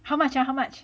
how much ah how much